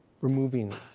removing